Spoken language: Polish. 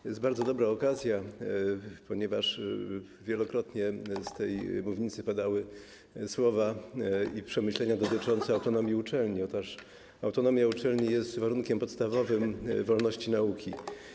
To jest bardzo dobra okazja, ponieważ wielokrotnie z tej mównicy padały słowa i przemyślenia dotyczące autonomii uczelni, by powiedzieć, że autonomia uczelni jest warunkiem podstawowym wolności nauki.